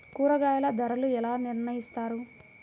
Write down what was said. కూరగాయల ధరలు ఎలా నిర్ణయిస్తారు?